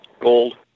gold